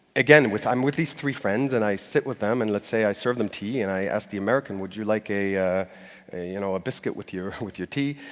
again i'm with these three friends, and i sit with them, and let's say i serve them tea, and i ask the american, would you like a you know biscuit with your with your tea?